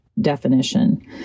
definition